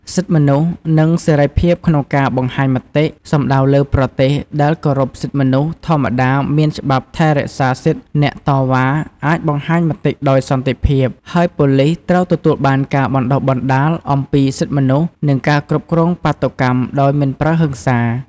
សិទ្ធិមនុស្ស និងសេរីភាពក្នុងការបង្ហាញមតិ សំដៅលើប្រទេសដែលគោរពសិទ្ធិមនុស្សធម្មតាមានច្បាប់ថែរក្សាសិទ្ធិអ្នកតវ៉ាឲ្យអាចបង្ហាញមតិដោយសន្តិភាព ហើយប៉ូលីសត្រូវទទួលបានការបណ្តុះបណ្តាលអំពីសិទ្ធិមនុស្ស និងការគ្រប់គ្រងបាតុកម្មដោយមិនប្រើហិង្សា។